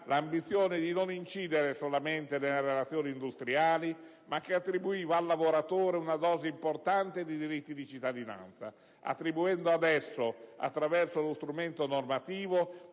l'ambizione di non incidere solamente nelle relazioni industriali, ma che attribuiva al lavoratore una dose importante di diritti di cittadinanza, attribuendo ad esso, attraverso lo strumento normativo,